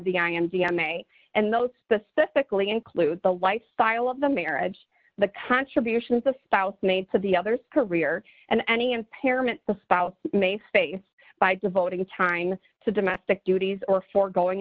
the i am g m a and those specifically include the lifestyle of the marriage the contributions the spouse made to the other's career and any impairment the spouse may face by devoting time to domestic duties or forgoing